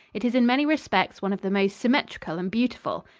it is in many respects one of the most symmetrical and beautiful.